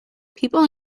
people